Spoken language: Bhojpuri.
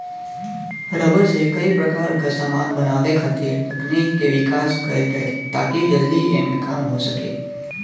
रबर से कई प्रकार क समान बनावे खातिर तकनीक के विकास कईल गइल ताकि जल्दी एमे काम हो सके